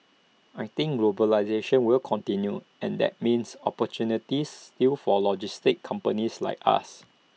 I think globalisation will continue and that means opportunities still for logistics companies like us